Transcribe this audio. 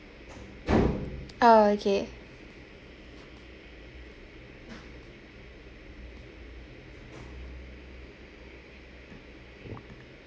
ah okay